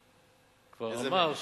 ירדנה, ירדנה, נראה לי,